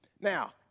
Now